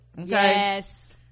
Yes